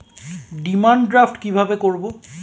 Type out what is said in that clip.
Demand draft কীভাবে করব?